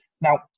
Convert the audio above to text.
Now